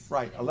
Right